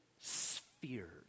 spheres